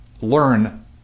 learn